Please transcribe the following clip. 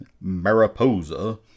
Mariposa